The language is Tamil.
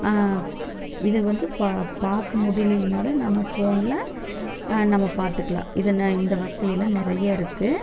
இது வந்து ப பார்க்க முடியலினாலும் நம்ம ஃபோன்ல நம்ம பார்த்துக்கலாம் இதன இந்த வசதி எல்லாம் நிறையா இருக்குது